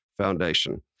Foundation